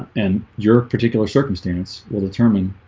and your particular circumstance will determine